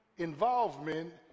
involvement